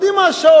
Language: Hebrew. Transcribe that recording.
יודעים מה השעות,